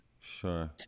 Sure